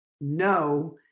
no